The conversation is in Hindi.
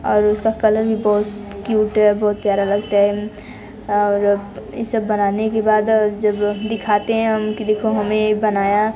और उसका कलर भी बहुत क्यूट है और बहुत प्यारा लगता है और सब बनाने के बाद जब दिखाते हैं हम कि देखो हमें बनाए